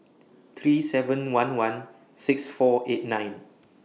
three seven one one six four eight nine